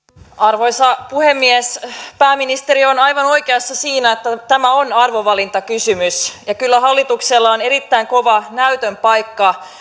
arvoisa puhemies pääministeri on aivan oikeassa siinä että tämä on arvovalintakysymys ja kyllä hallituksella on erittäin kova näytön paikka